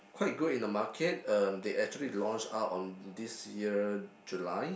quite good in the market um they actually launch out on this year July